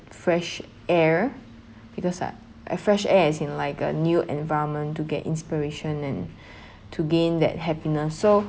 fresh air because I a fresh as in like a new environment to get inspiration and to gain that happiness so